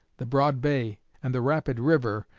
the broad bay, and the rapid river,